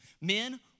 men